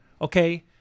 Okay